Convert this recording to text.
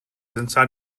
inside